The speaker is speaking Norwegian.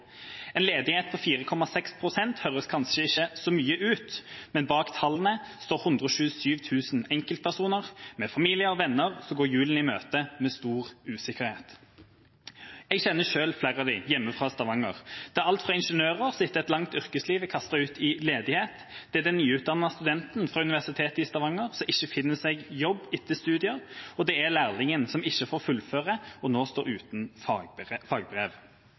En ledighet på 4,6 pst. høres kanskje ikke så mye ut, men bak tallene står 127 000 enkeltpersoner – med familie og venner – som går jula i møte med stor usikkerhet. Jeg kjenner selv flere av dem hjemmefra, fra Stavanger. Det er alt fra ingeniører som etter et langt yrkesliv er kastet ut i ledighet, det er den nyutdannede studenten fra Universitetet i Stavanger som ikke finner seg jobb etter studier, og det er lærlingen som ikke får fullføre, og nå står uten fagbrev.